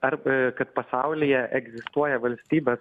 arba kad pasaulyje egzistuoja valstybės